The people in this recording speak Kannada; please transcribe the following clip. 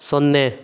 ಸೊನ್ನೆ